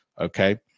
Okay